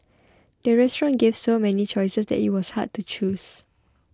the restaurant gave so many choices that it was hard to choose